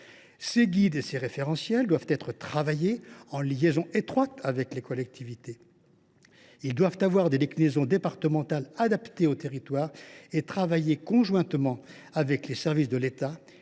Ces guides et ces référentiels doivent être travaillés en liaison étroite avec les collectivités. Ils doivent avoir des déclinaisons départementales adaptées aux territoires et travaillées conjointement avec les services de l’État,